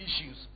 issues